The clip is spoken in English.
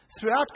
throughout